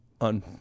on